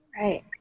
right